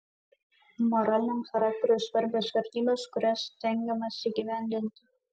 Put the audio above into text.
moraliniam charakteriui svarbios vertybės kurias stengiamasi įgyvendinti